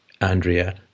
Andrea